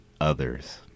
others